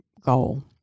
goal